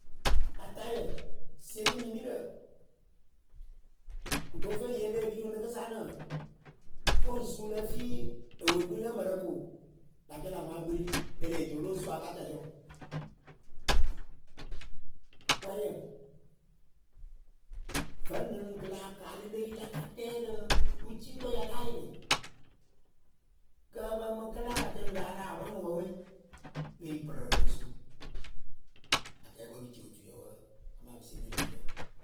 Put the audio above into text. Atayǝ sieni nimirǝ kɨto feŋ yi e lée piri ŋwɨ rɨkɨsa nɨ foŋ su le fi ewekuŋ lǝ mǝrǝ ko, la cɛ la ŋwa kpiri e lee ci o lo su aka tɛlɩ ŋwɨ. wɛyǝ, vǝnɨŋ kɨ láa kaalɨ, le yi la ka tɛrɨ wɨcikpǝ ya la yɩrɩ kǝ pǝ mɨ kǝlɨ apatɛŋ la a la wɛ ŋwɨ wǝ we, le yi pirǝrǝ lo su. Akɛɛpɨ we pɨ ci otuyǝ wǝǝ amaa pɨ sieni nimirǝ.